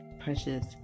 precious